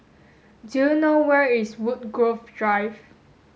do you know where is Woodgrove Drive